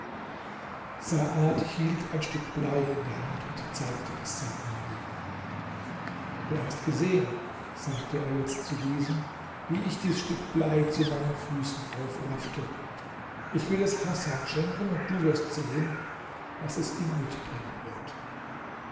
saad hielt ein stück blei in der hand und zeigte es saadi du hast gesehen sagte er jetzt zu diesem wie ich dies stück blei zu meinen füßen aufraffte ich will es hasan schenken und du wirst sehen was es ihm mitbringen wird